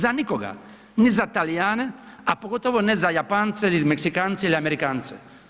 Za nikoga, ni za Talijane, a pogotovo ne za Japance ili Meksikance ili Amerikance.